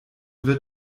wird